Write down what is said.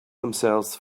themselves